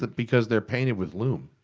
because they're painted with lume.